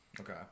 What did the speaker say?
Okay